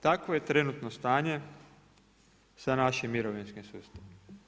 Takvo je trenutno stanje sa našim mirovinskim sustavom.